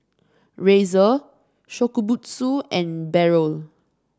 Razer Shokubutsu and Barrel